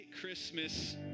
Christmas